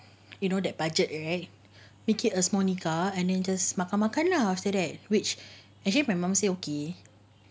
you know that budget right make it a small nikah and then just makan makan lah after that which actually my mum say okay